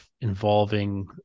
involving